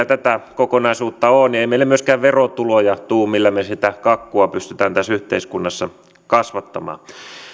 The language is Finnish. tätä kokonaisuutta ole niin ei meille myöskään verotuloja tule millä me me sitä kakkua pystymme tässä yhteiskunnassa kasvattamaan